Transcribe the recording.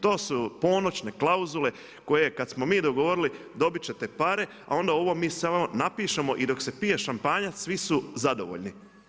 To su ponoćne klauzule koje kad smo mi dogovorili, dobiti ćete pare, a onda ovo mi sa vama napišemo i dok se pije šampanjac, svi su zadovoljni.